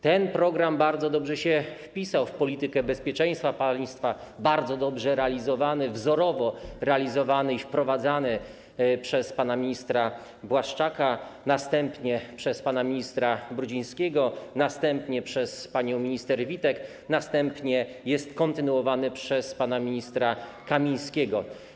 Ten program bardzo dobrze się wpisał w politykę bezpieczeństwa państwa, był bardzo dobrze, wzorowo realizowany i wprowadzany przez pana ministra Błaszczaka, potem przez pana ministra Brudzińskiego, następnie przez panią minister Witek, a teraz jest kontynuowany przez pana ministra Kamińskiego.